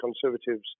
Conservatives